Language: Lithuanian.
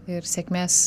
ir sėkmės